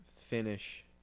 finish